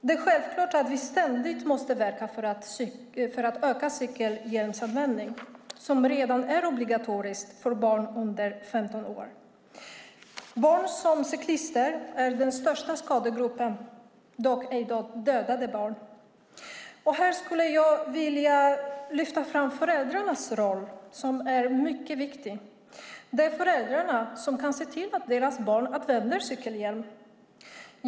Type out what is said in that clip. Vi måste självfallet ständigt verka för att öka cykelhjälmsanvändningen. Det är redan obligatoriskt med cykelhjälm för barn under 15 år. Barn som cyklister är den största skadegruppen. Det gäller dock ej antalet dödade barn. Jag skulle vilja lyfta fram föräldrarnas roll. Den är mycket viktig. Det är föräldrarna som kan se till att deras barn använder cykelhjälm.